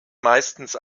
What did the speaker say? meistens